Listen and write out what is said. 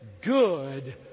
good